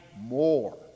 more